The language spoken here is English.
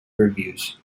reviews